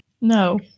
No